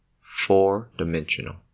four-dimensional